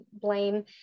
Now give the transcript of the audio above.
blame